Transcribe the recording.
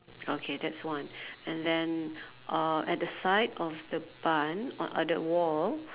okay that's one and then uh at the side of the barn on on that wall